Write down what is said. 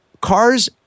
Cars